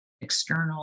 external